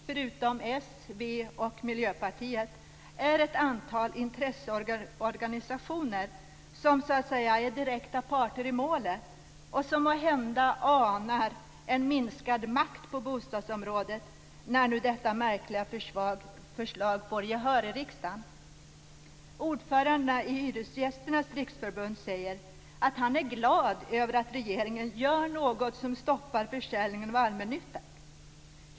Förutom s, v och mp handlar det om ett antal intresseorganisationer som så att säga är direkta parter i målet och som måhända anar en minskad makt på bostadsområdet om inte detta märkliga förslag får gehör i riksdagen. Ordföranden i Hyresgästernas riksförbund säger att han är glad över att regeringen gör något som stoppar försäljningen av allmännyttan.